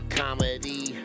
comedy